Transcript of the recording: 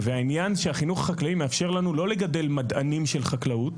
והעניין שהחינוך החקלאי מאפשר לנו לא לגדל מדענים של חקלאות,